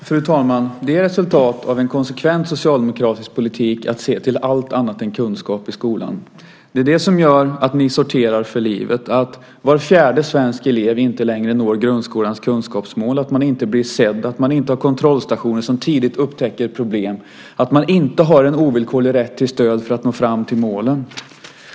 Fru talman! Det är ett resultat av en konsekvent socialdemokratisk politik att se till allt annat än kunskap i skolan. Det är det som gör att ni sorterar för livet, att var fjärde svensk elev inte längre når grundskolans kunskapsmål, att man inte blir sedd, att man inte har kontrollstationer som tidigt upptäcker problem och att man inte har en ovillkorlig rätt till stöd för att nå fram till målen.